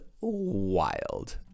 wild